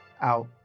out